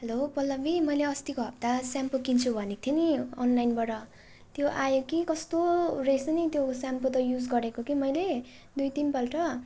hello Pallavi मैले अस्तिको हप्ता सेम्पू किन्छु भनेको थिएँ नि अनलाइनबाट त्यो आयो कि कस्तो रहेछ नि त्यो सेम्पू त युज गरेको कि मैले दुई तिनपल्ट